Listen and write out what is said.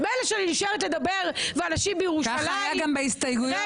מילא כשאני נשארת לדבר ואנשים בירושלים -- כך היה גם בהסתייגויות.